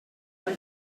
for